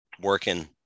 working